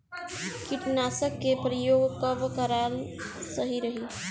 कीटनाशक के प्रयोग कब कराल सही रही?